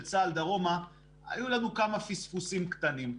צה"ל דרומה היו לנו כמה פספוסים קטנים.